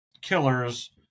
killers